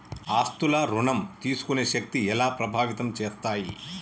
ఆస్తుల ఋణం తీసుకునే శక్తి ఎలా ప్రభావితం చేస్తాయి?